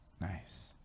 nice